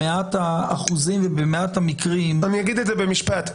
במאת האחוזים ובכל המקרים --- אני אגיד את זה במשפט.